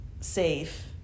safe